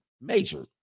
major